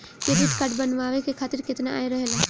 Credit card बनवाए के खातिर केतना आय रहेला?